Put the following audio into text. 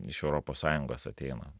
iš europos sąjungos ateina